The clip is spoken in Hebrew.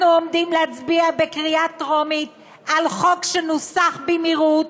אנחנו עומדים להצביע בקריאה טרומית על חוק שנוסח במהירות,